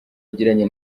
yagiranye